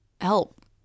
help